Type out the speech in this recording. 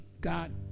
God